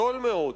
זול מאוד,